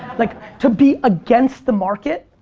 like, to be against the market,